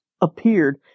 appeared